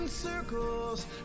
Circles